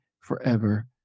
forever